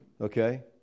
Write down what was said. Okay